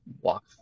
walk